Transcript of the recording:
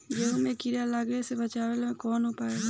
गेहूँ मे कीड़ा लागे से बचावेला कौन उपाय बा?